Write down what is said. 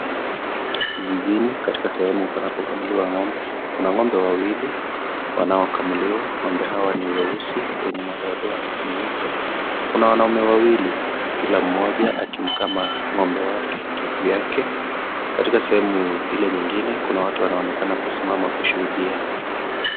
Zizini katika sehemu panapokamuliwa ng'ombe Kuna ng'ombe wawili wanao kamuliwa ng'ombe hawa ni weusi wenye madoadoa meupe na Kuna wanaume wawili Kila mmoja akimkama ng'ombe wake kivyake katika sehemu ile nyingine Kuna watu wanaonekana kusimama kushuhudia.